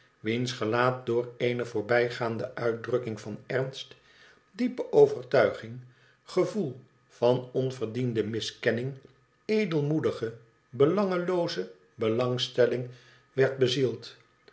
wiens gelaat door eene voorbijgaande uitdrukking van ernst diepe ovenuiging gevoel van onverdiende miskenning edelmoedige be langelooze belangstelling werd bezield